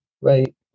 right